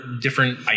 different